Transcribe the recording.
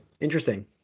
interesting